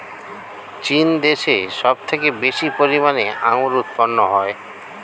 চীন দেশে সব থেকে বেশি পরিমাণে আঙ্গুর উৎপন্ন হয়